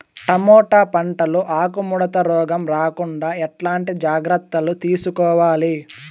Tomato పంట లో ఆకు ముడత రోగం రాకుండా ఎట్లాంటి జాగ్రత్తలు తీసుకోవాలి?